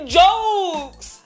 jokes